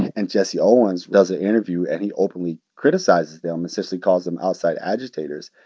and jesse owens does an interview and he openly criticizes them, essentially calls them outside agitators.